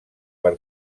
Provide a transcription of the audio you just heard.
per